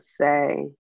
say